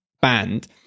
band